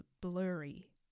blurry